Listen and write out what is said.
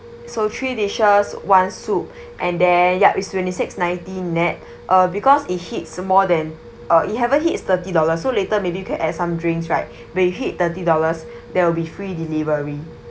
so three dishes one soup and then ya is twenty six ninety nett uh because it hits more than uh it haven't hits thirty dollars so later maybe you can add some drinks right when you hit thirty dollars there will be free delivery